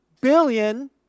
billion